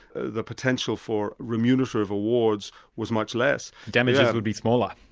the potential for remunerative rewards was much less. damages would be smaller?